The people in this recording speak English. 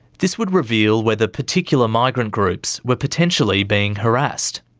this would reveal whether particular migrant groups were potentially being harassed.